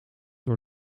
door